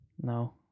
No